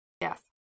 Yes